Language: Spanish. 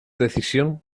decisión